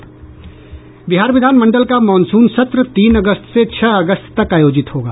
बिहार विधानमंडल का मॉनसून सत्र तीन अगस्त से छह अगस्त तक आयोजित होगा